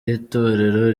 itorero